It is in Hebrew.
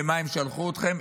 למה שהם שלחו אתכם.